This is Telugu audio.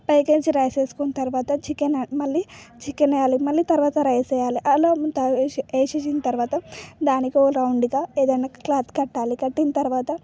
పైకేసి రైస్ వేసుకొని తర్వాత చికెన్ మళ్లీ చికెన్ వెయ్యాలి మళ్ళీ తర్వాత రైస్ వెయ్యాలి అలా వేసిన తర్వాత దానికో రౌండ్గా ఏదైనా క్లాత్ కట్టాలి కట్టిన తర్వాత